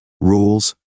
rules